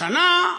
השנה,